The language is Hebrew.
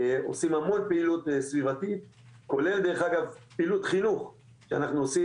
עושים המון פעילות סביבתית כולל דרך אגב פעילות חינוך שאנחנו עושים.